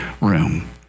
room